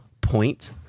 point